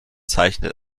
zeichnet